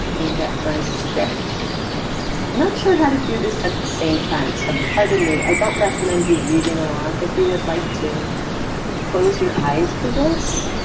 and get my script. i'm not sure how to do this at the same time, so pardon me, i don't recommend you reading along. if you would like to close your eyes for this,